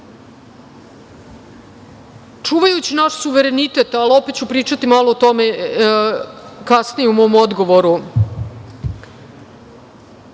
čuvajući naš suverenitet, ali opet ću pričati malo o tome kasnije u mom odgovoru,